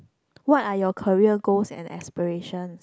what are your career goals and aspiration